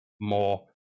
more